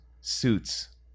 suits